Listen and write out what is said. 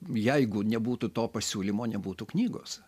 jeigu nebūtų to pasiūlymo nebūtų knygos